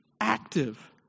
active